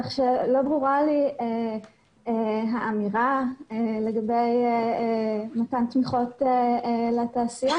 כך שלא ברורה לי האמירה לגבי מתן תמיכות לתעשייה.